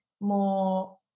more